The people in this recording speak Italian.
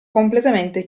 completamente